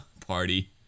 party